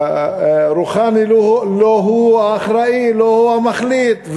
רוחאני לא הוא האחראי, לא הוא המחליט.